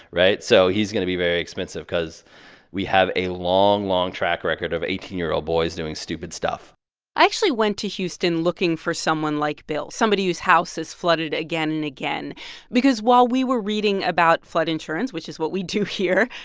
right? so he's going to be very expensive cause we have a long, long track record of eighteen year old boys doing stupid stuff i actually went to houston looking for someone like bill, somebody whose house is flooded again and again because while we were reading about flood insurance, which is what we do here,